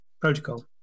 protocol